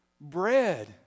bread